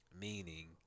meaning